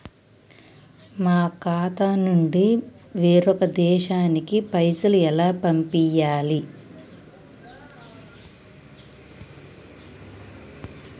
మా ఖాతా నుంచి వేరొక దేశానికి పైసలు ఎలా పంపియ్యాలి?